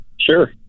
sure